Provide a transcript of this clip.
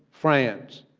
france,